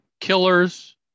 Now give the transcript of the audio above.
killers